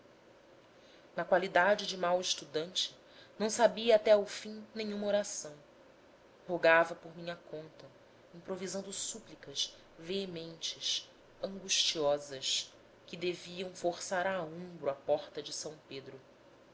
na qualidade de mau estudante não sabia até ao fim nenhuma oração rogava por minha conta improvisando súplicas veementes angustiosas que deviam forçar a ombro a porta de são pedro